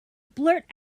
blurt